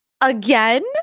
again